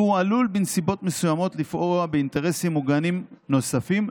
והוא עלול בנסיבות מסוימות לפגוע באינטרסים מוגנים נוספים,